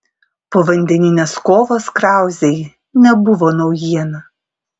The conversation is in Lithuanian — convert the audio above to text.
povandeninės kovos krauzei nebuvo naujiena